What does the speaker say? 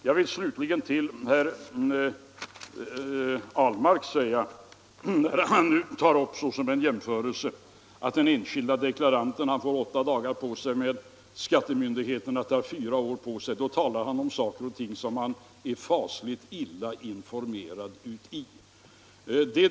Herr Ahlmark tog som jämförelse att den enskilde deklaranten får åtta dagar på sig medan skattemyndigheterna tar fyra år på sig för att lösa en tvist. Han talar här om frågor som han tydligen är fasligt illa informerad om.